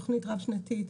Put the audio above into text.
יש תוכנית רב שנתית,